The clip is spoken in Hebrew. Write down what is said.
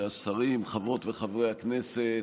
השרים, חברות וחברי הכנסת.